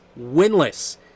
Winless